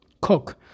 cook